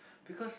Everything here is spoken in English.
because